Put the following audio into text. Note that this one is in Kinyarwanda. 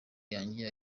yanjye